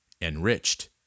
enriched